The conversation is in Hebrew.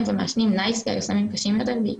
ומעשנים 'נייס גאי' או סמים קשים יותר.